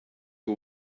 you